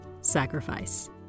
sacrifice